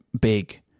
big